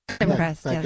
impressed